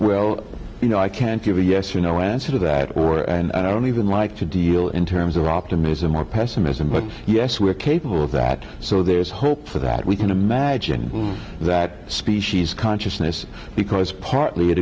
well you know i can't give a yes or no answer to that war and i don't even like to deal in terms of optimism or pessimism but yes we're capable of that so there's hope for that we can imagine that species consciousness because partly it